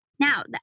Now